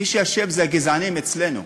מי שאשם זה הגזענים אצלנו,